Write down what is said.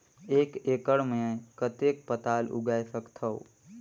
एक एकड़ मे कतेक पताल उगाय सकथव?